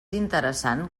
interessant